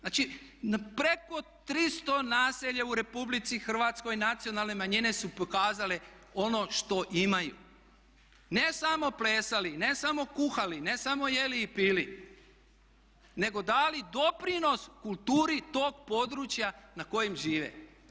Znači, preko 300 naselja u Republici Hrvatskoj nacionalne manjine su pokazale ono što imaju ne samo plesali, ne samo kuhali, ne samo jeli i pili, nego dali doprinos kulturi tog područja na kojem žive.